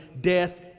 death